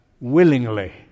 willingly